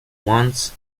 once